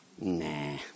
Nah